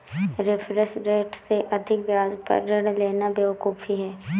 reference rate से अधिक ब्याज पर ऋण लेना बेवकूफी है